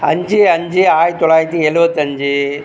அஞ்சு அஞ்சு ஆயிரத்தி தொள்ளாயிரத்தி எழுபத்தஞ்சி